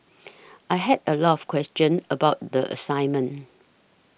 I had a lot of questions about the assignment